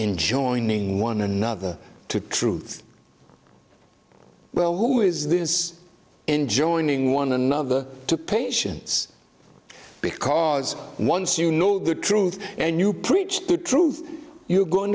in joining one another to truth well who is this in joining one another to patients because once you know the truth and you preach the truth you're going